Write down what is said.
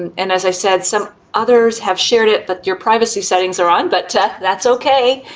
and as i said, some others have shared it but your privacy settings are on but that's okay.